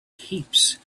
heaps